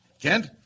Kent